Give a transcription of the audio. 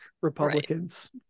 Republicans